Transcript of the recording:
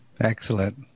Excellent